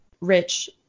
rich